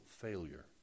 failure